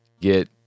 get